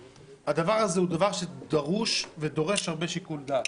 הדבר הזה הוא דבר שדרוש ודורש הרבה שיקול דעת.